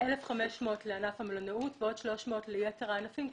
1,500 לענף המלונאות ועוד 300 ליתר הענפים,